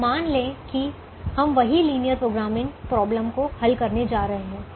अब मान लें कि हम वही लिनियर प्रोग्रामिंग प्रोबलम को हल करने जा रहे हैं